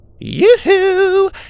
Yoo-hoo